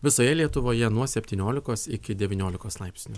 visoje lietuvoje nuo septyniolikos iki devyniolikos laipsnių